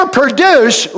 produce